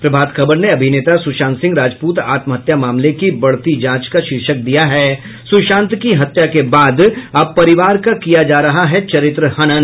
प्रभात खबर ने अभिनेता सुशांत सिंह राजपूत आत्महत्या मामले की बढ़ती जांच का शीर्षक दिया है सुशांत की हत्या के बाद अब परिवार का किया जा रहा है चरित्रहनन